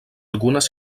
algunes